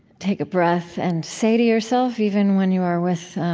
take a breath and say to yourself, even when you are with